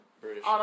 British